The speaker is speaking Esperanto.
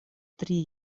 tri